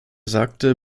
sagte